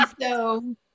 so-